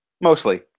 mostly